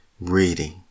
reading